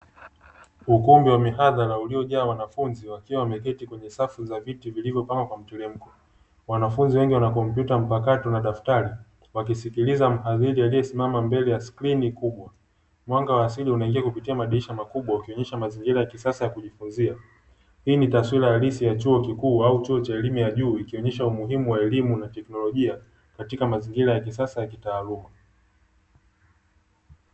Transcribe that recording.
Ukumbi wa mihadhara uliojaa wanafunzi wakiwa wameketi kwenye safu za viti vilivyopangwa kwa mteremko. Wanafunzi wengi wanakompyuta mpakato na daftari wakimsikiliza mhadhiri aliyesimama mbele ya sikrini kubwa. Mwanga wa asili unaingia kupitia madirisha makubwa kuwakilisha mazingira ya kisasa ya kujifunzia. Hii ni taswira halisi ya chuo kikuu au chuo cha elimu ya juu ikionesha umuhimu wa elimu na teknolojia katika mazingira ya kisasa ya kitaaluma.